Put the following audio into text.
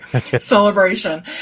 Celebration